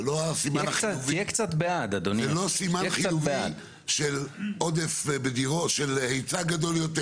זה לא סימן חיובי של היצע גדול יותר.